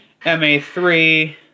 MA3